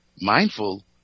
mindful